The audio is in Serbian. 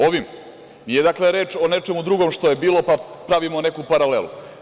Ovim, nije reč o nečemu drugom što je bilo, pa pravimo neku paralelu.